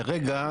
לרגע,